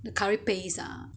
the curry paste ah